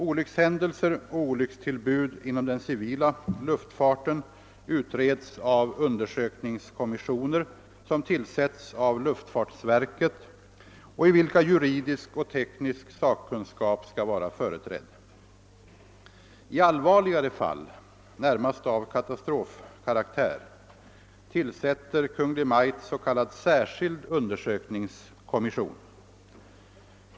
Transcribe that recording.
Olyckshändelser och olyckstillbud inom den civila luftfarten utreds av undersökningskommissioner, som tillsätts av luftfartsverket och i vilka juridisk och teknisk sakkunskap skall vara företrädd. I allvarligare fall, närmast av katastrofkaraktär, tillsätter Kungl. Maj:t s.k. särskild undersökningskommission.